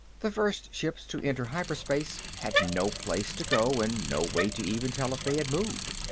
the first ships to enter hyperspace had no place to go and no way to even tell if they had moved.